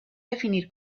definir